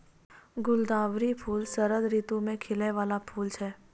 गुलदावरी फूल शरद ऋतु मे खिलै बाला फूल छै